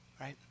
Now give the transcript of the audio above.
right